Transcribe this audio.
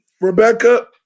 Rebecca